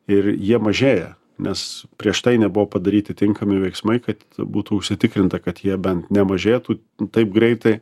ir jie mažėja nes prieš tai nebuvo padaryti tinkami veiksmai kad būtų užsitikrinta kad jie bent nemažėtų taip greitai